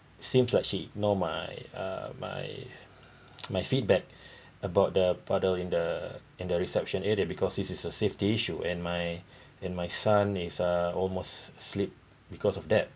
since like she know my uh my my feedback about the puddle in the in the reception area because this is a safety issue and my and my son is uh almost slip because of that